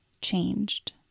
changed